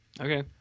Okay